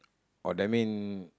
oh that mean